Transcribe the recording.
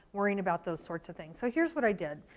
worrying about those sorts of things. so here's what i did.